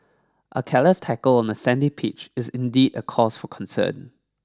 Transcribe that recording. a careless tackle on a sandy pitch is indeed a cause for concern